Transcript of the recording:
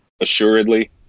assuredly